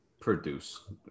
Produce